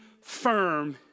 firm